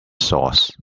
sauce